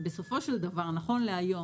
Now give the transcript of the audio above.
בסופו של דבר נכון להיום,